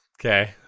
Okay